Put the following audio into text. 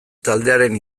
taldearen